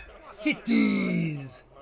Cities